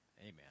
amen